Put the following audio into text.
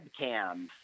webcams